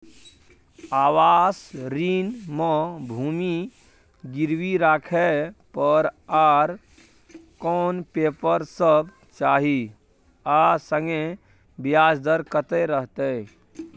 आवास ऋण म भूमि गिरवी राखै पर आर कोन पेपर सब चाही आ संगे ब्याज दर कत्ते रहते?